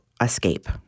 escape